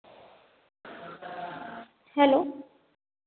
hello